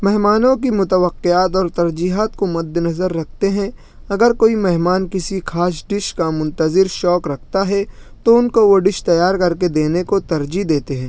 مہمانوں کے متوقعات اور ترجیحات کو مد نظر رکھتے ہیں اگر کوئی مہمان کسی خاص ڈش کا منتظر شوق رکھتا ہے تو ان کو وہ ڈش تیار کر کے دینے کو ترجیح دیتے ہیں